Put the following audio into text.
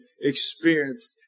experienced